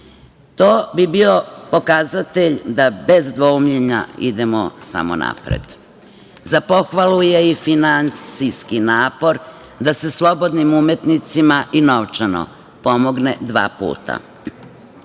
To bi bio pokazatelj da bez dvoumljenja idemo samo napred.Za pohvalu je i finansijski napor da se slobodnim umetnicima i novčano pomogne dva puta